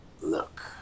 Look